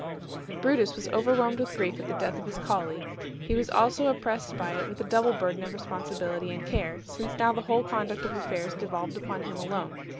brutus was overwhelmed with grief at the death of his colleague he was also oppressed by it with a double burden of responsibility and care, since now the whole conduct of affairs devolved upon him alone.